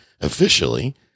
officially